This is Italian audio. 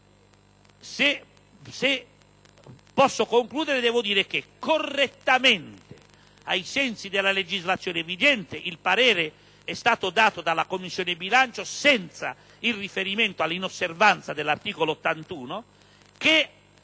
in più. Concludendo, affermo che correttamente, ai sensi della legislazione vigente, il parere è stato dato dalla Commissione bilancio senza il riferimento all'inosservanza dell'articolo 81.